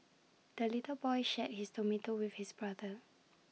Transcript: the little boy shared his tomato with his brother